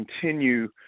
continue